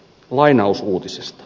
lainaus uutisesta